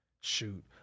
Shoot